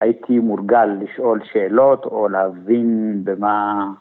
‫הייתי מורגל לשאול שאלות ‫או להבין במה...